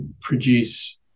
produce